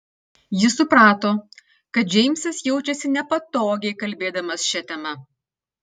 ji suprato kad džeimsas jaučiasi nepatogiai kalbėdamas šia tema